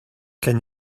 can